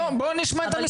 בוא נשמע את המשרד.